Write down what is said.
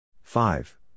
five